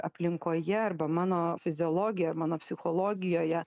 aplinkoje arba mano fiziologijoj ar mano psichologijoje